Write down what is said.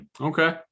Okay